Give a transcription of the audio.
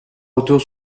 retour